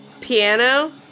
piano